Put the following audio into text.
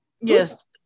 Yes